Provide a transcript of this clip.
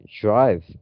drive